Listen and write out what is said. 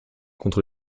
contre